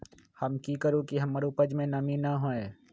हम की करू की हमर उपज में नमी न होए?